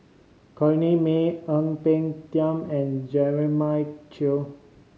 Corrinne May Ang Peng Tiam and Jeremiah Choy